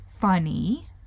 funny